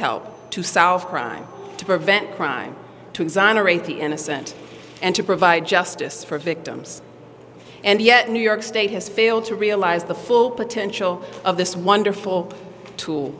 help to south crime to prevent crime to exonerate the innocent and to provide justice for victims and yet new york state has failed to realize the full potential of this wonderful tool